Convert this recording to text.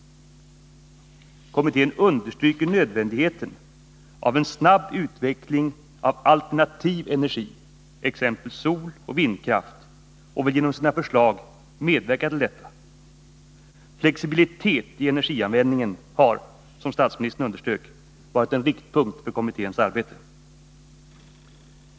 Kommittén understryker nödvändigheten av en snabb utveckling av alternativ energi, t.ex. soloch vindkraft, och vill genom sina förslag medverka till detta. Flexibiliteten i energianvändningen har, som statsministern underströk, varit en riktpunkt i kommitténs arbete.